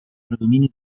predomini